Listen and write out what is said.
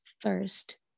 first